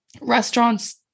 restaurants